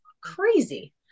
crazy